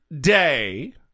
day